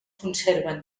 conserven